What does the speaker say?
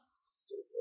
stupid